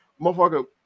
Motherfucker